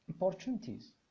opportunities